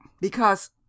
because